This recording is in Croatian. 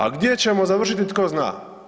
A gdje ćemo završiti, tko zna.